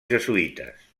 jesuïtes